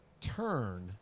turn